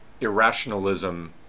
irrationalism